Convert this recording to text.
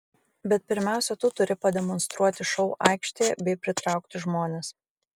bet pirmiausia tu turi pademonstruoti šou aikštėje bei pritraukti žmones